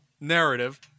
narrative